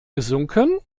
gesunken